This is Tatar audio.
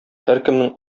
һәркемнең